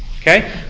Okay